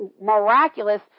miraculous